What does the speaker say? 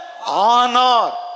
Anar